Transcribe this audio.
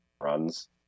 runs